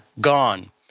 gone